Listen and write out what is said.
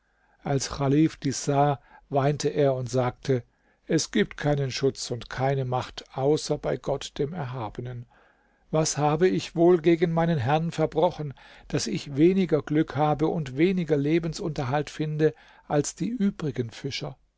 als chalif dies sah weinte er und sagte es gibt keinen schutz und keine macht außer bei gott dem erhabenen was habe ich wohl gegen meinen herrn verbrochen daß ich weniger glück habe und weniger lebensunterhalt finde als die übrigen fischer